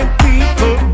people